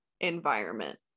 environment